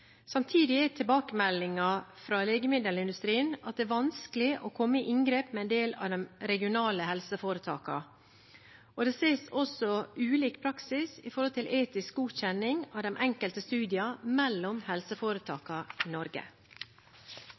Samtidig er tilbakemeldingen fra legemiddelindustrien at det er vanskelig å komme i inngrep med en del av de regionale helseforetakene, og det ses også ulik praksis mellom helseforetakene i Norge når det gjelder etisk godkjenning av de enkelte